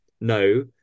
no